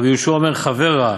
רבי יהושע אומר, חבר רע,